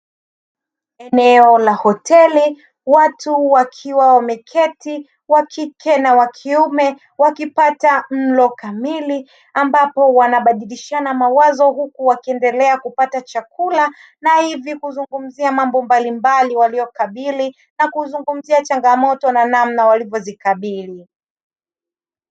Eneo la hoteli watu wakiwa wameketi wakike na wa kiume wakipata mlo kamili ambapo wanabadilishana mawazo, huku wakiendelea kupata chakula na hivi kuzungumzia mambo mbalimbali waliokabili, na kuzungumzia changamoto na namna walivyozikabili.